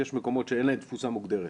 כי יש מקומות שאין להם תפוסה מוגדרת.